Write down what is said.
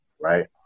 right